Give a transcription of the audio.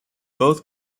both